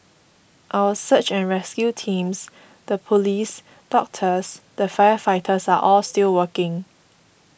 our search and rescue teams the police doctors the firefighters are all still working